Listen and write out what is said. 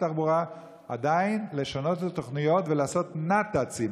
התחבורה לשנות את התוכניות ולעשות נת"צים.